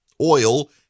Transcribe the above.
Oil